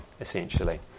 essentially